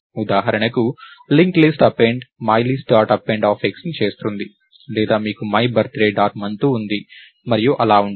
ఉదాహరణకు link list append myList dot append చేస్తుంది లేదా మీకు మై బర్తడే డాట్ మంత్ ఉంది మరియు అలా ఉంటుంది